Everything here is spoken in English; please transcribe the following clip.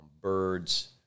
birds